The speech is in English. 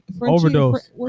Overdose